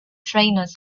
trainers